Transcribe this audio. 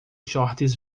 shorts